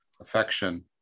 affection